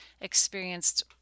experienced